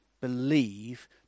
believe